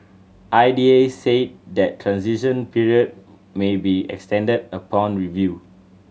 I D A said the transition period may be extended upon review